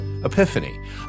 Epiphany